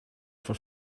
for